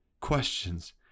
questions